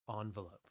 envelope